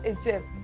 egypt